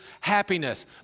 happiness